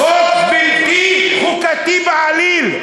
חוק בלתי חוקתי בעליל.